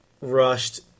rushed